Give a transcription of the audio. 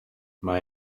mae